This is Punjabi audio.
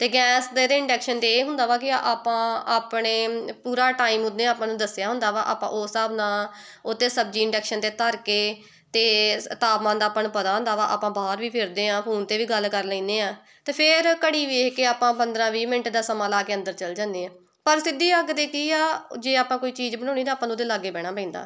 ਅਤੇ ਗੈਸ ਦੇ ਅਤੇ ਇੰਡਕਸ਼ਨ 'ਤੇ ਇਹ ਹੁੰਦਾ ਵਾ ਕਿ ਆਪਾਂ ਆਪਣੇ ਪੂਰਾ ਟਾਈਮ ਉਹਦੇ ਆਪਾਂ ਨੂੰ ਦੱਸਿਆ ਹੁੰਦਾ ਵਾ ਆਪਾਂ ਉਸ ਹਿਸਾਬ ਨਾਲ ਉਹ 'ਤੇ ਸਬਜ਼ੀ ਇੰਡੈਕਸ਼ਨ 'ਤੇ ਧਰ ਕੇ ਅਤੇ ਤਾਪਮਾਨ ਦਾ ਆਪਾਂ ਨੂੰ ਪਤਾ ਹੁੰਦਾ ਵਾ ਆਪਾਂ ਬਾਹਰ ਵੀ ਫਿਰਦੇ ਹਾਂ ਫੋਨ 'ਤੇ ਵੀ ਗੱਲ ਕਰ ਲੈਂਦੇ ਹਾਂ ਅਤੇ ਫੇਰ ਘੜੀ ਵੇਖ ਕੇ ਆਪਾਂ ਪੰਦਰਾਂ ਵੀਹ ਮਿੰਟ ਦਾ ਸਮਾਂ ਲਾ ਕੇ ਅੰਦਰ ਚੱਲ ਜਾਂਦੇ ਹਾਂ ਪਰ ਸਿੱਧੀ ਅੱਗ 'ਤੇ ਕੀ ਆ ਜੇ ਆਪਾਂ ਕੋਈ ਚੀਜ਼ ਬਣਾਉਣੀ ਤਾਂ ਆਪਾਂ ਨੂੰ ਉਹਦੇ ਲਾਗੇ ਬਹਿਣਾ ਪੈਂਦਾ